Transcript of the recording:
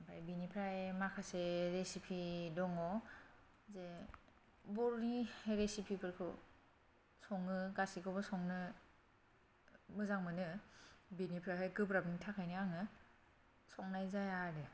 ओमफ्राय बेनिफ्राय माखासे रेसिपि दङ जे बर'नि रेसिपिफोरखौ सङो गासैखौबो संनो मोजां मोनो बेनिफ्राय गोब्राबनि थाखायनो आङो संनाय जाया आरो